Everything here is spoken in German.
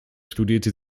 studierte